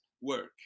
work